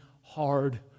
hard